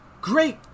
great